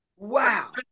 wow